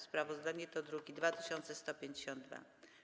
Sprawozdanie to druk nr 2152.